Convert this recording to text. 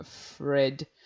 Fred